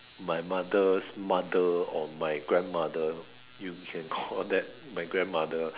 my mother's mother or my grandmother you can call that my grandmother